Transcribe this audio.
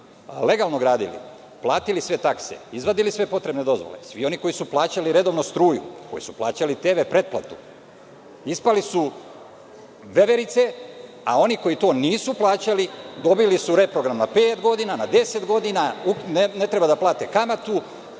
legalno gradili, platili sve takse, izvadili sve potrebne dozvole, svi oni koji su plaćali redovno struju, koji su plaćali TV pretplatu, ispali su veverice, a oni koji to nisu plaćali dobili su reprogram na pet godina, na deset godina, ne treba da plate kamatu